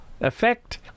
effect